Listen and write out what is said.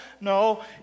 no